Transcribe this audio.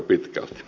kiitoksia